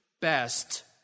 best